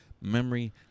memory